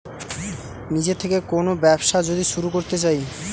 নিজের থেকে কোন ব্যবসা যদি শুরু করতে চাই